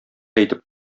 әйтеп